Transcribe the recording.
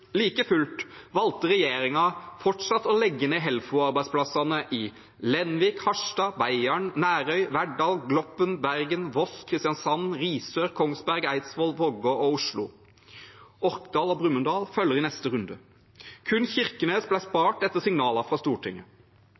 Like fullt valgte regjeringen fortsatt å legge ned Helfo-arbeidsplassene i Lenvik, Harstad, Beiarn, Nærøy, Verdal, Gloppen, Bergen, Voss, Kristiansand, Risør, Kongsberg, Eidsvoll, Vågå og Oslo. Orkdal og Brumunddal følger i neste runde. Kun Kirkenes ble spart, etter signaler fra Stortinget.